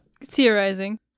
theorizing